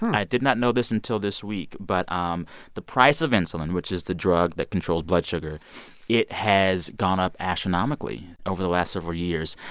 and i did not know this until this week. but um the price of insulin, which is the drug that controls blood sugar it has gone up astronomically over the last several years,